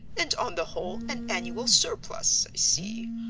and on the whole an annual surplus, i see,